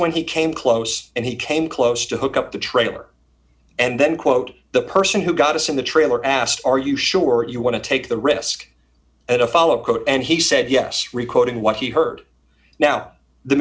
when he came close and he came close to hook up the trailer and then quote the person who got us in the trailer asked are you sure you want to take the risk at a follow code and he said yes recording what he heard now the